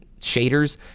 shaders